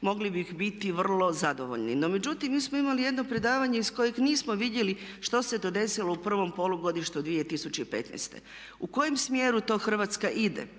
mogli bi biti vrlo zadovoljni. No, međutim mi smo imali jedno predavanje iz kojeg nismo vidjeli što se to desilo u prvom polugodištu od 2015., u kojem smjeru to Hrvatska ide,